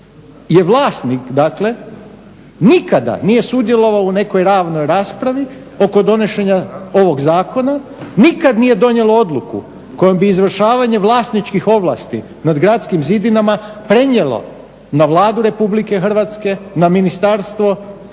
je vlasnik dakle nikada nije sudjelovalo u nekoj javnoj raspravi oko donošenja ovog zakona, nikad nije donijelo odluku kojom bi izvršavanje vlasničkih ovlasti nad gradskim zidinama prenijelo na Vladu RH, na ministarstvo ili